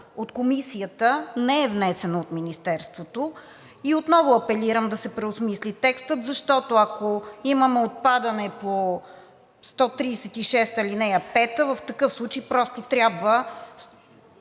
от Комисията, не е внесена от Министерството. Отново апелирам да се преосмисли текстът, защото, ако имаме отпадане по чл. 136, ал. 5, в такъв случай просто трябва т.